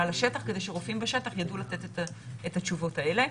לשטח כדי שרופאים בשטח ידעו לתת את התשובות האלה.